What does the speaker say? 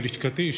ללשכתי,